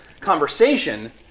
conversation